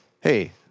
hey